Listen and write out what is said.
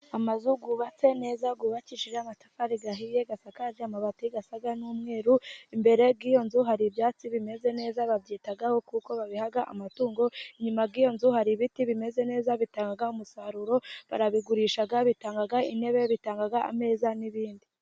Amazu yubatse neza yubakishije amatafari ahiye, asakaje amabati asa n'umweru, imbere y'iyo nzu hari ibyatsi bimeze neza babyitaho kuko babiha amatungo, inyuma y'iyo nzu hari ibiti bimeze neza bitanga umusaruro, barabigurisha, bitanga intebe, bitanga ameza n'ibindi.